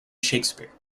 shakespeare